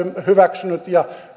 hyväksynyt